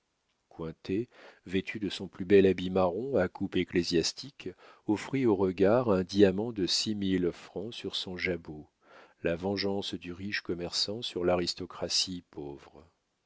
cointet vêtu de son plus bel habit marron à coupe ecclésiastique offrit aux regards un diamant de six mille francs sur son jabot la vengeance du riche commerçant sur l'aristocrate pauvre